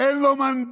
אין לו מנדט